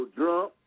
drunk